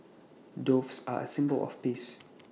doves are A symbol of peace